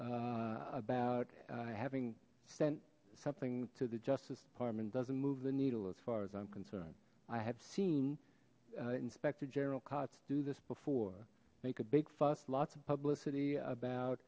about having sent something to the justice department doesn't move the needle as far as i'm concerned i have seen inspector general carts do this before make a big fuss lots of publicity